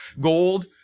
gold